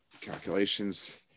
calculations